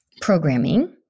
programming